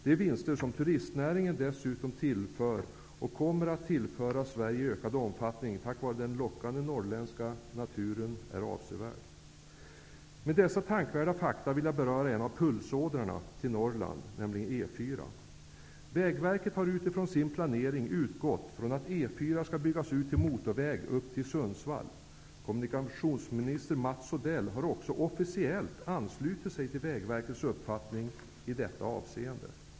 De vinster som turistnäringen dessutom tillför -- och i ökad omfattning kommer att tillföra -- Sverige tack vare den lockande norrländska naturen är avsevärda. Med dessa tankvärda fakta vill jag beröra en av pulsådrarna till Norrland, nämligen E 4. Vägverket har utifrån sin planering utgått från att Kommunikationsminister Mats Odell har också officiellt anslutit sig till Vägverkets uppfattning i detta avseende.